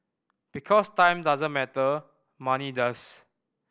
because time doesn't matter money does